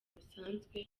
busanzwe